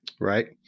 Right